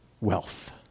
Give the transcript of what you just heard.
wealth